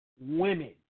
women